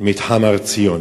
מתחם הר-ציון.